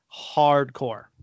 hardcore